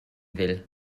will